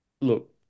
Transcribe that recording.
look